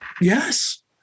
Yes